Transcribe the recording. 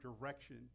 direction